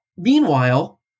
Meanwhile